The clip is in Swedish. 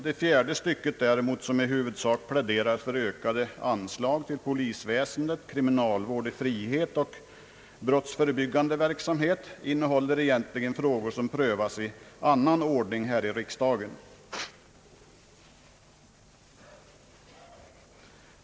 Det fjärde stycket däremot som i huvudsak pläderar för ökade anslag till polisväsendet, kriminalvård i frihet och brottsförebyggande verksamhet innehåller egentligen frågor som prövas i annan ordning här i riksdagen.